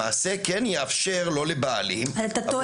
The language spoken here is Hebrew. למעשה כן יאפשר - לא לבעלים --- אתה טועה.